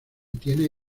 tiene